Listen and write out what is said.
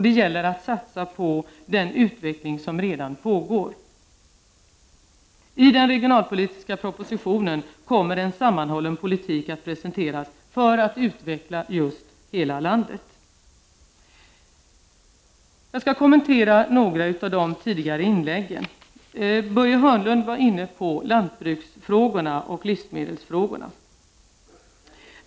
Det gäller att satsa på den utveckling som redan pågår. I den regionalpolitiska propositionen kommer en sammanhållen politik att presenteras för att utveckla just hela landet. Jag skall kommentera några av de tidigare inläggen. Börje Hörnlund var inne på lantbruksfrågorna och livsmedelsfrågorna.